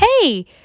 hey